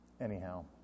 anyhow